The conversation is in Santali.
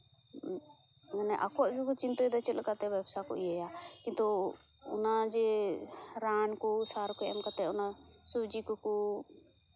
ᱢᱟᱱᱮ ᱟᱠᱚᱣᱟᱜ ᱜᱮᱠᱚ ᱪᱤᱱᱛᱟᱹᱭᱫᱟ ᱪᱮᱫ ᱞᱮᱠᱟᱛᱮ ᱵᱮᱵᱥᱟ ᱠᱚ ᱤᱭᱟᱹᱭᱟ ᱛᱚ ᱚᱱᱟ ᱡᱮ ᱨᱟᱱ ᱠᱚ ᱥᱟᱨ ᱠᱚ ᱮᱢ ᱠᱟᱛᱮ ᱚᱱᱟ ᱥᱚᱵᱡᱤ ᱠᱚᱠᱚ